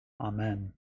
Amen